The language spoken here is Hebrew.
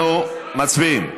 אנחנו מצביעים.